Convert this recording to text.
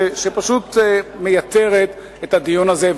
שפשוט מייתרת את הדיון הזה.